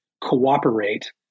cooperate